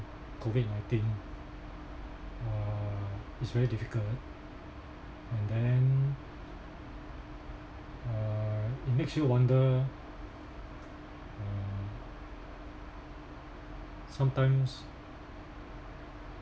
COVID nineteen uh it's very difficult and then uh it makes you wonder uh sometimes